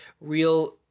real